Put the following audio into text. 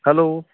hello